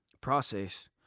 process